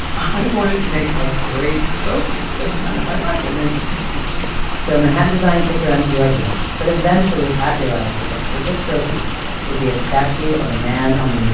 i wanted to make a great trophy sometime in my life, and then this would be the chance so, manhattan design kicked around a few ideas, but eventually pat realized that the perfect trophy would be a statue of a man on the moon